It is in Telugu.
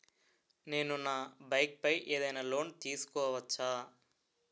నేను నా బైక్ పై ఏదైనా లోన్ తీసుకోవచ్చా?